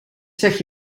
zeg